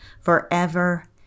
forever